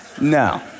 No